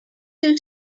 too